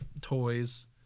toys